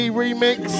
remix